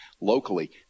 locally